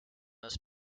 most